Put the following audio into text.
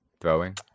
Throwing